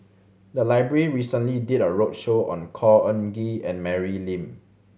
the library recently did a roadshow on Khor Ean Ghee and Mary Lim